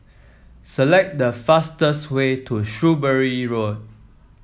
select the fastest way to Shrewsbury Road